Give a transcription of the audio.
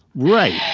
right.